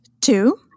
Two